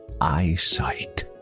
eyesight